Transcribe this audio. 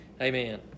Amen